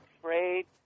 afraid